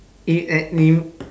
eh at new